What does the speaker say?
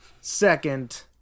second